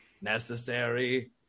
necessary